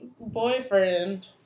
boyfriend